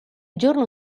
giorno